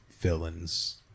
villains